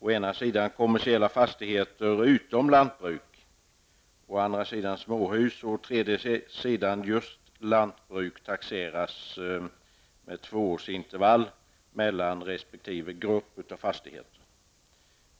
dels kommersiella fastigheter utom lantbruk, dels småhus, dels lantbruk taxeras med två års intervall mellan resp. grupp av fastigheter.